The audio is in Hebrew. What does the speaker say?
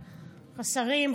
השרים,